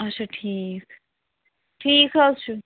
اچھا ٹھیٖک ٹھیٖک حظ چھُ